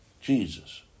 Jesus